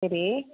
ശരി